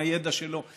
מהידע שלו,